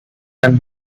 and